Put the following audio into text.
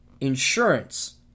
insurance